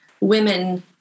women